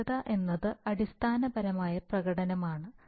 സ്ഥിരത എന്നത് അടിസ്ഥാനപരമായ പ്രകടനമാണ്